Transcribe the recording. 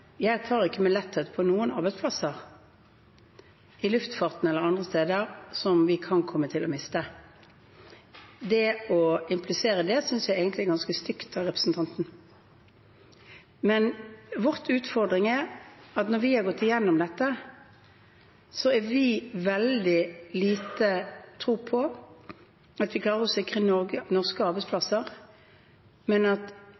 Jeg tar ikke med letthet på noen arbeidsplasser, i luftfarten eller andre steder, som vi kan komme til å miste. Det å implisere det synes jeg egentlig er ganske stygt av representanten. Vår utfordring når vi har gått gjennom dette, er at vi har veldig liten tro på at vi klarer å sikre norske arbeidsplasser – at det ikke kommer til å være norsk, norsk, norsk vi hjelper, men at